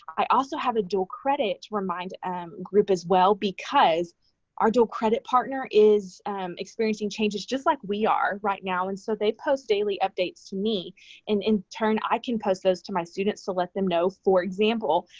i also have a dual credit remind group as well, because our dual credit partner is experiencing changes just like we are right now. and so, they post daily updates to me, and in turn i can post those to my students to let them know, for example,